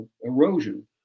erosion